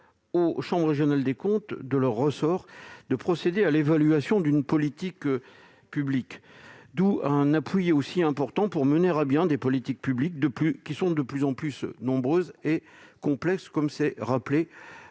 aux chambres régionales des comptes de leur ressort de procéder à l'évaluation d'une politique publique. Ce sera un appui important pour mener à bien des politiques publiques de plus en plus nombreuses et complexes, comme l'a rappelé